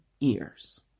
ears